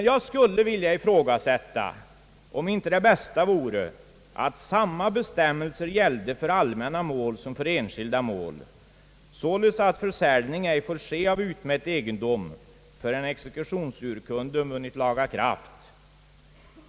Jag skulle dock vilja ifrågasätta om inte det bästa vore att samma bestämmelser gällde för allmänna mål som för enskilda mål, således att försäljning ej får ske av utmätt egendom förrän exekutionsurkunden vunnit laga kraft.